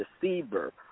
deceiver